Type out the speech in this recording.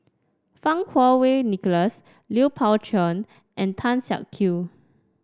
Fang Kuo Wei Nicholas Lui Pao Chuen and Tan Siak Kew